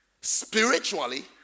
Spiritually